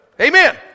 Amen